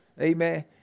Amen